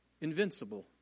invincible